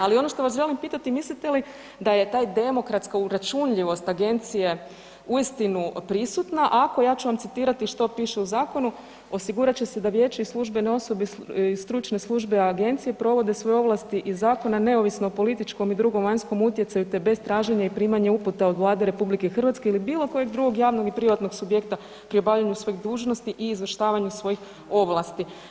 Ali ono što vas želim pitati, mislite li da je taj demokratska uračunljivost agencije uistinu prisutna ako, ja ću vam citirati što piše u zakonu „osigurat će se da vijeće i službene osobe iz stručne službe agencije provode svoje ovlasti i zakone neovisno o političkom i drugom vanjskom utjecaju te bez traženja i primanja uputa od Vlade RH ili bilo kojeg drugog javnog i privatnog subjekta pri obavljanju svojih dužnosti i izvršavanju svojih ovlasti“